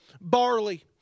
barley